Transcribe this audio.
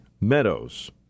Meadows